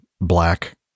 black